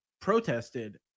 protested